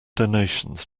donations